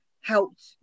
helped